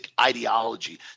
ideology